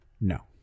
No